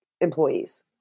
employees